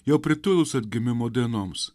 jau pritilus atgimimo dienoms